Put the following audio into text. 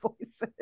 voices